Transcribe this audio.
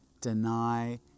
deny